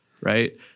right